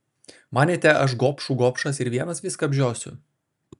manėte aš gobšų gobšas ir vienas viską apžiosiu